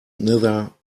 neither